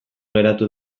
geratu